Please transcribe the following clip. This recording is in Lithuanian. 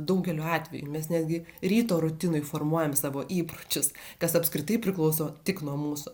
daugeliu atveju mes netgi ryto rutinoj formuojam savo įpročius kas apskritai priklauso tik nuo mūsų